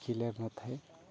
ଖିଲାର ନ ଥାଏ